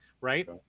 right